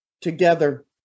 together